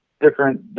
different